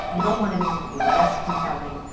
we don't want anything to be less compelling.